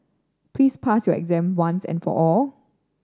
please pass your exam once and for all